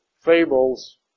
fables